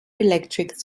electric